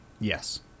Yes